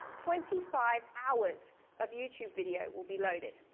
twenty five hours of youtube video will be loaded.